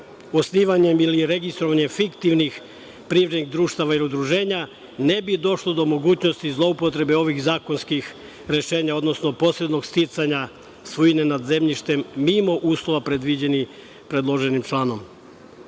osnivanjem ili registrovanjem fiktivnih privrednih društava ili udruženja ne bi došlo do mogućnosti zloupotrebe ovih zakonskih rešenja odnosno posrednog sticanja svojine nad zemljištem mimo uslova predloženim članom. Takođe